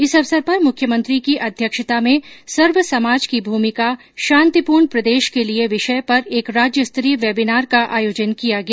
इस अवसर पर मुख्यमंत्री की अध्यक्षता में सर्वसमाज की भूमिका शांतिपूर्ण प्रदेश के लिए विषय पर एक राज्य स्तरीय वेबिनार का आयोजन किया गया